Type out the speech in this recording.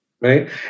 right